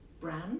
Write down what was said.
brand